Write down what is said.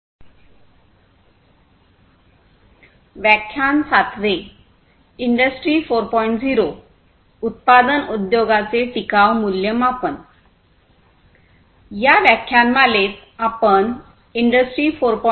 या व्याख्यानमालेत आपण इंडस्ट्री 4